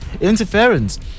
interference